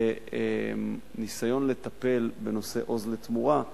לניסיון לטפל בנושא "עוז לתמורה",